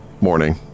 morning